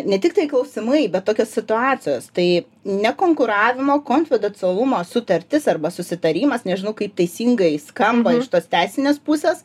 ne tiktai klausimai bet tokios situacijos tai nekonkuravimo konfidencialumo sutartis arba susitarimas nežinau kaip teisingai skamba iš tos teisinės pusės